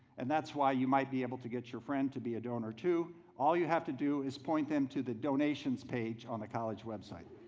and that's why you might be able to get your friend to be a donor too all you have to do is point them to the donations page on the college website.